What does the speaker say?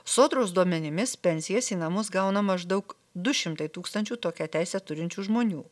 sodros duomenimis pensijas į namus gauna maždaug du šimtai tūkstančių tokią teisę turinčių žmonių